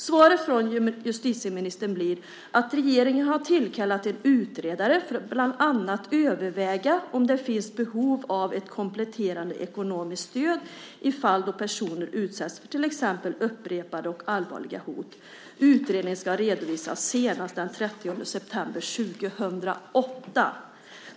Svaret från justitieministern blir att regeringen har tillkallat en utredare för att bland annat överväga om det finns behov av ett kompletterande ekonomiskt stöd i fall då personer utsätts för till exempel upprepade och allvarliga hot. Utredningen ska redovisas senast den 30 september 2008.